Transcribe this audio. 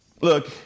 Look